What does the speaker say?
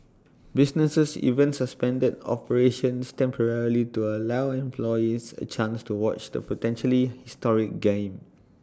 businesses even suspended operations temporarily to allow employees A chance to watch the potentially historic game